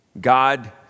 God